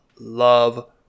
love